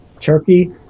Turkey